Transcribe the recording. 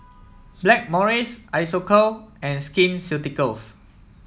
Blackmores Isocal and Skin Ceuticals